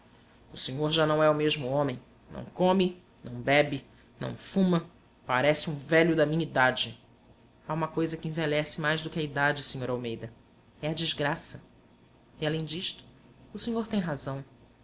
o senhor já não é o mesmo homem não come não bebe não fuma parece um velho da minha idade há uma coisa que envelhece mais do que a idade sr almeida é a desgraça e além disto o senhor tem razão